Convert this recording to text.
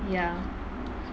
ya